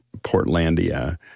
Portlandia